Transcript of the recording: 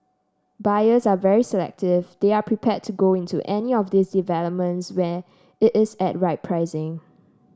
buyers are very selective they are prepared to go into any of those developments where it is at right pricing